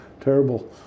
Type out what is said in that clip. Terrible